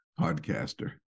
podcaster